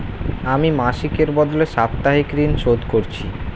আমি মাসিকের বদলে সাপ্তাহিক ঋন শোধ করছি